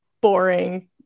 boring